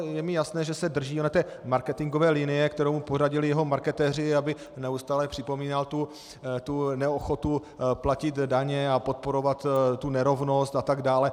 Je mi jasné, že se drží marketingové linie, kterou mu poradili jeho marketéři, aby neustále připomínal tu neochotu platit daně a podporovat tu nerovnost atd.